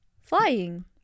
Flying